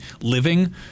living